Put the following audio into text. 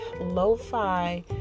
lo-fi